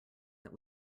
that